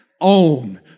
own